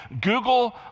Google